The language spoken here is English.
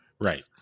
Right